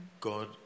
God